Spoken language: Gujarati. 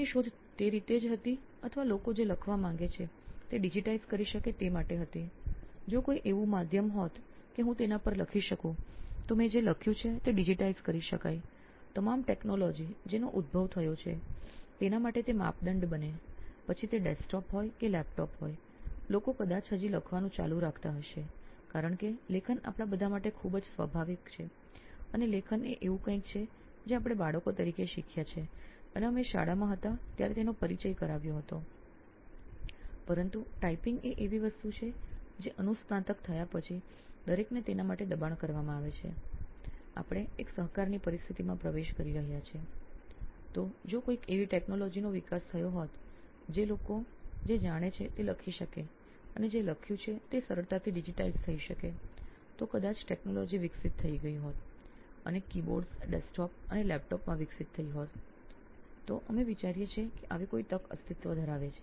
નીથિન કુરિયન સીઓઓ નોઇન ઇલેક્ટ્રોનિક્સ તો જો કોઈક એવી ટેકનોલોજી નો વિકાસ થયો હોત જે લોકો જે જાણે છે તે લખી શકે અને જે લખ્યું છે તે સરળતાથી ડિજિટાઇઝ થઈ શકે તો કદાચ ટેકનોલોજી વિકસિત થઈ ગઈ હોય અને કીબોર્ડ્સ ડેસ્કટોપ અને લેપટોપમાં વિકસિત થઈ હોત તેથી અમે વિચારીએ છીએ કે આવી કોઈ તક અસ્તિત્વ ધરાવે છે